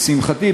לשמחתי,